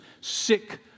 sick